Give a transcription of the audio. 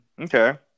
Okay